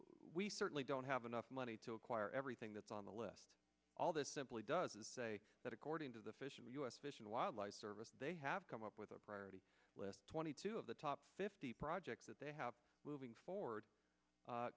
we certainly don't have enough money to acquire everything that's on the list all this simply does is say that according to the fish and us fish and wildlife service they have come up with a priority list twenty two of the top fifty projects that they have moving forward